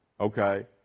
okay